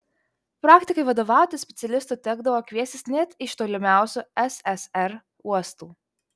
praktikai vadovauti specialistų tekdavo kviestis net iš tolimiausių sssr uostų